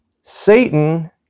Satan